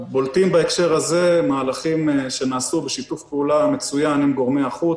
בולטים בהקשר הזה מהלכים שנעשו בשיתוף פעולה מצוין עם גורמי החוץ